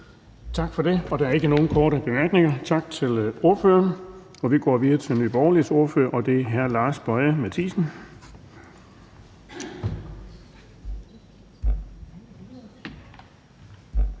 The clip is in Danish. ordføreren. Der er ikke nogen korte bemærkninger. Vi går videre til Nye Borgerliges ordfører, og det er hr. Lars Boje Mathiesen.